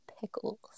pickles